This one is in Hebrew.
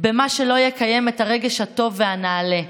במה שלא יקיים את הרגש הטוב והנעלה,